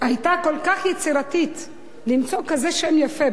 היתה כל כך יצירתית למצוא כזה שם יפה,